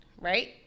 right